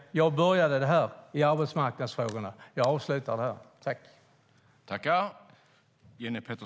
Jag började i arbetsmarknadsfrågorna och jag avslutar här.